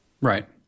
right